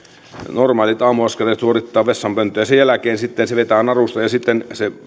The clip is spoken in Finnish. normaalit aamuaskareet suorittaa vessanpönttöön ja sen jälkeen sitten vetää narusta ja sitten se aine